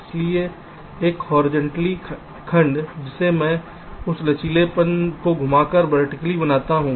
इसलिए एक हॉरिज़ॉन्टली खंड जिसे मैं उस लचीलेपन को घुमाकर वर्टिकली बनाता हूं